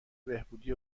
بهبودی